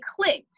clicked